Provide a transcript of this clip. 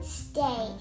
stay